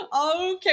Okay